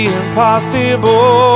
impossible